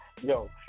Yo